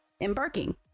embarking